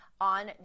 on